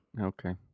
Okay